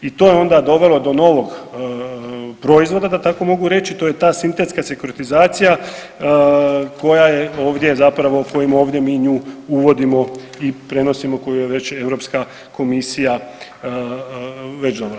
I to je onda dovelo do novog proizvoda da tako mogu reći, to je ta sintetska sekuritizacija koja je ovdje zapravo kojim ovdje mi nju uvodimo i prenosimo koju je već Europska komisija već donijela.